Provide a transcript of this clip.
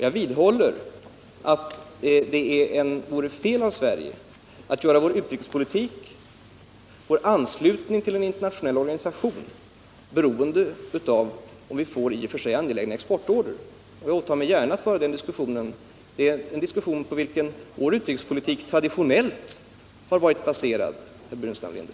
Jag vidhåller att det vore fel av Sverige att göra vår anslutning till en internationell organisation beroende av om vi får i och för sig angelägna exportorder. Jag åtar mig gärna att föra den diskussionen. Det är en diskussion på vilken vår utrikespolitik traditionellt har varit baserad, herr Burenstam Linder.